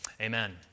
Amen